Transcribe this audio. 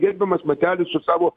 gerbiamas matelis su savo